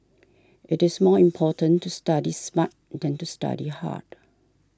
it is more important to study smart than to study hard